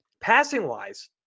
passing-wise